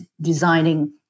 designing